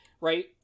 right